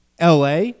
LA